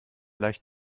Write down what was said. leicht